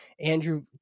Andrew